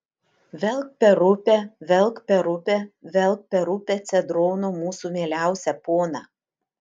velk per upę velk per upę velk per upę cedrono mūsų mieliausią poną